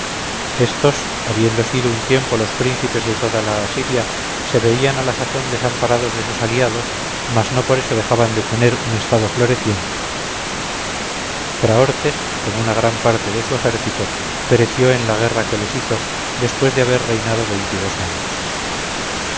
estos habiendo sido un tiempo los príncipes de toda la asiria se veían a la sazón desamparados de sus aliados mas no por eso dejaban de tener un estado floreciente fraortes con una gran parte de su ejército pereció en la guerra que les hizo después de haber reinado veintidós años